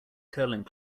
curling